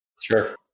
Sure